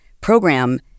program